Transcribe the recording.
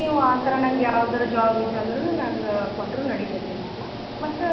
ನೀವು ಆ ಥರ ನನಗೆ ಯಾವ್ದಾರ ಜಾಬ್ ಇತ್ತು ಅಂದ್ರೂ ನಂಗೆ ಕೊಟ್ಟರೂ ನಡೀತದೆ ರೀ ಮ್ಯಾಮ್ ಮತ್ತು